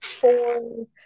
four